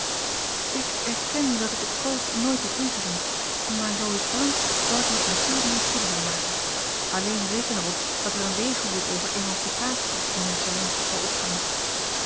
ik erken dat ik het code nooit heb ingezien maar zoo u het verlangt zal ik er met mathilde mijne studie van maken alleen reken er op dat er een weegeroep over emancipatie in uwe salons zal opgaan